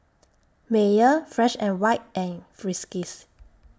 Mayer Fresh and White and Friskies